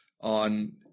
On